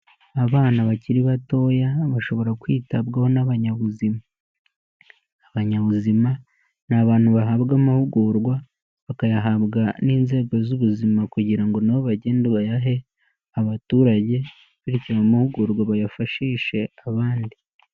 Abana bakiri batoya bashobora kwitabwaho n'abanyabuzima, abanyabuzima ni abantu bahabwa amahugurwa bakayahabwa n'inzego z'ubuzima kugira ngo nabo bagende bayahe abaturage bityo ayo mahugurwa bayafashishe abandi.